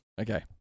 Okay